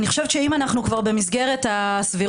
חושבת שאם אנחנו כבר במסגרת הסבירות,